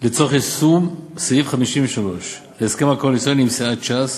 לצורך יישום סעיף 53 להסכם הקואליציוני עם סיעת ש"ס,